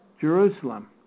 Jerusalem